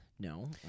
No